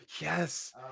yes